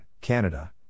Canada